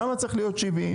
למה צריך להיות 70?